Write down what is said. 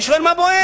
אני שואל, מה בוער?